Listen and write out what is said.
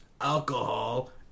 Alcohol